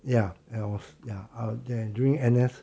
ya I was ya I was there during N_S